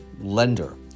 lender